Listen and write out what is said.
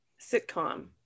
Sitcom